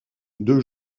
deux